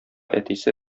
әтисе